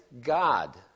God